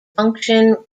function